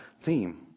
theme